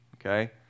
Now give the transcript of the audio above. okay